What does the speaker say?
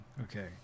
Okay